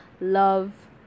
love